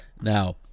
Now